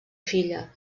filla